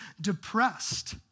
depressed